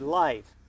life